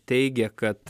teigė kad